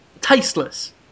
Tasteless